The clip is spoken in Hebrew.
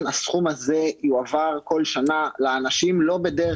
הסכום הזה יועבר כל שנה לאנשים לא בדרך